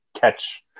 catch